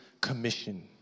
Commission